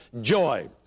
joy